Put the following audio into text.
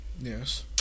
Yes